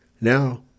Now